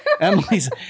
Emily's